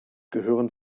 gehören